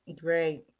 Great